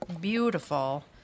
beautiful